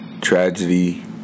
tragedy